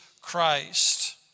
christ